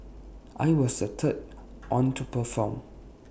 I was the third one to perform